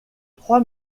trois